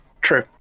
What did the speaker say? True